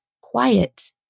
quiet